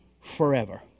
forever